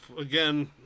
again